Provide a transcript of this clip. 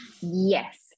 Yes